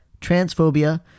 transphobia